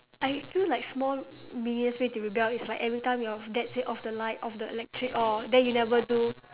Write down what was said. I feel like small meaningless way to rebel is like every time your dad say off the light off the electric all then you never do